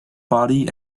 body